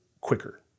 quicker